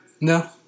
No